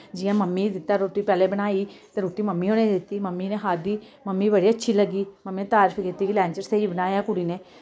जियां मम्मी दित्ता रोट्टी पैह्ले बनाई ते रुट्टी मम्मी होरें गी दित्ती मम्मी नै खाद्धी मम्मी गी बड़ी अच्छी लग्गी मम्मी नै तारीफ कीती कि लंच स्हेई बनाया कुड़ी नै